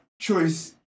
choice